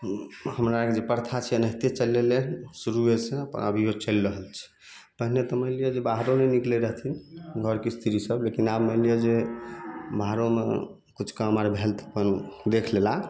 हमरा आरके प्रथा छै ने एनाहिते चलि अयलै शुरूए से आओर अभियो चलि रहल छै पहिने तऽ मानि लिअ जे बाहरो नहि निकलैत रहथिन घरके स्त्री सब लेकिन आब मानि लिअ जे बाहरोमे काम किछु आर भेल तऽ अपन देखि लेला